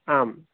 आम्